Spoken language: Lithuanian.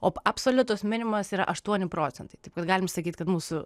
o absoliutus minimumas yra aštuoni procentai taip kad galim sakyti kad mūsų